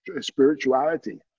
spirituality